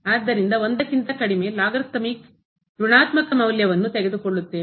ಆದ್ದರಿಂದ 1 ಕ್ಕಿಂತ ಕಡಿಮೆ ಲಾಗರಿಥಮಿಕ್ ಋಣಾತ್ಮಕ ಮೌಲ್ಯವನ್ನು ತೆಗೆದುಕೊಳ್ಳುತ್ತದೆ